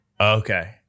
okay